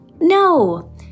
no